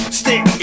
stick